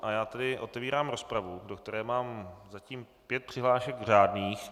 A já tedy otevírám rozpravu, do které mám zatím pět přihlášek řádných.